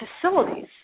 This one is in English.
facilities